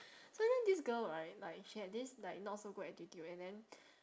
so then this girl right like she had this like not so good attitude and then